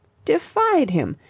defied him!